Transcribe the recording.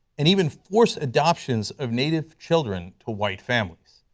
and even forced adoptions of native children to white families.